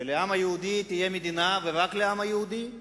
שלעם היהודי תהיה מדינה ורק לעם היהודי?